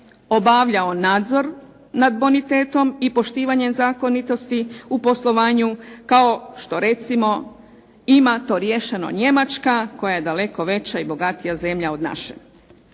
obavljao nadzor nad bonitetom i poštivanjem zakonitosti u poslovanju kao što recimo ima to riješeno Njemačka koja je daleko veća i bogatija zemlja od naše.